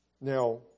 now